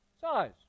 size